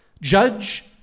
Judge